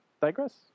Digress